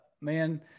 man